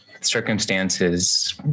circumstances